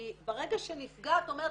כי ברגע שנפגעת אומרת,